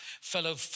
fellow